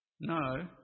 No